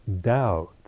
doubt